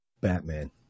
Batman